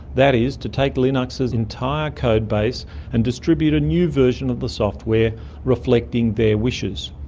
that is to take linux's entire code base and distribute a new version of the software reflecting their wishes.